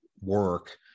work